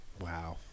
Wow